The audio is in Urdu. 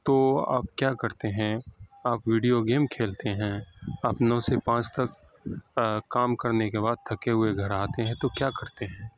تو آپ کیا کرتے ہیں آپ ویڈیو گیم کھیلتے ہیں آپ نو سے پانچ تک کام کرنے کے بعد تھکے ہوئے گھر آتے ہیں تو کیا کرتے ہیں